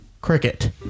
Cricket